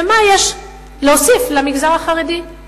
ומה יש להוסיף למגזר החרדי.